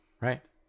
right